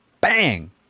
Bang